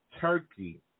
Turkey